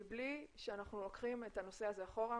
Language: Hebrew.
מבלי שאנחנו לוקחים את הנושא הזה אחורה,